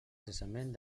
cessament